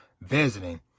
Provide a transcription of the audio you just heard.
visiting